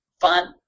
fun